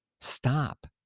Stop